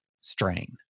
strain